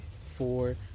four